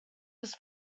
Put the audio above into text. was